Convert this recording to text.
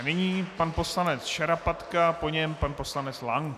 Nyní pan poslanec Šarapatka, po něm pan poslanec Lank.